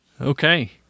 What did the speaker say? Okay